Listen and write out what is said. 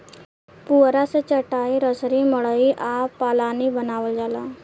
पुआरा से चाटाई, रसरी, मड़ई आ पालानी बानावल जाला